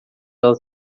ela